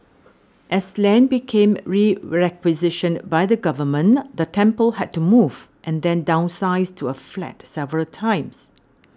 as land became requisitioned by the government the temple had to move and then downsize to a flat several times